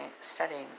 studying